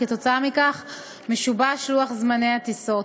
וכתוצאה מכך משובש לוח זמני הטיסות.